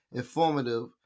informative